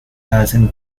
hacen